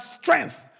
strength